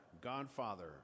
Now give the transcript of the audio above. godfather